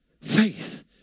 faith